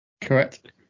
Correct